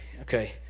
Okay